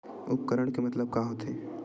उपकरण के मतलब का होथे?